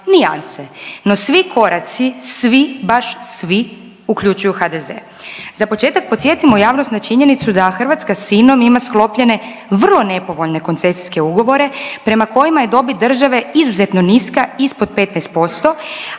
no svi koraci, svi baš svi uključuju HDZ. Za početak podsjetimo javnost na činjenicu da Hrvatska s Inom ima sklopljene vrlo nepovoljne koncesijske ugovore prema kojima je dobit države izuzetno niska ispod 15%,